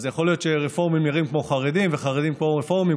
אז יכול להיות שרפורמים נראים כמו חרדים וחרדים כמו רפורמים,